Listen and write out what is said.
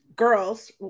girls